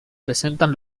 presentan